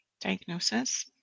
diagnosis